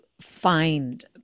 find